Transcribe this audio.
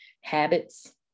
habits